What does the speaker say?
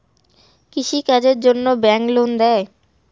কৃষি কাজের জন্যে ব্যাংক লোন দেয়?